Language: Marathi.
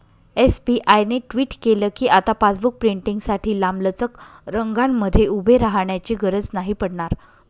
एस.बी.आय ने ट्वीट केल कीआता पासबुक प्रिंटींगसाठी लांबलचक रंगांमध्ये उभे राहण्याची गरज नाही पडणार